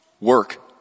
work